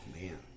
man